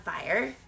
fire